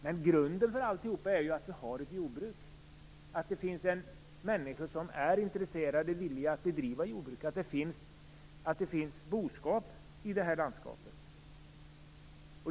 Men grunden för alltihop är att vi har ett jordbruk, att det finns människor som är intresserade och villiga att bedriva jordbruk och att det finns boskap i landskapet.